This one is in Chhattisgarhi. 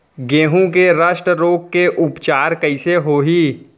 गेहूँ के रस्ट रोग के उपचार कइसे होही?